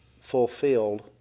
fulfilled